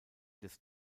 des